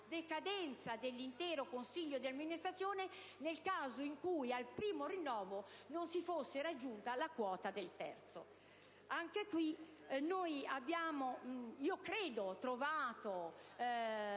decadenza dell'intero consiglio di amministrazione nel caso in cui al primo rinnovo non si fosse raggiunta la quota del terzo. Anche qui credo che abbiamo trovato,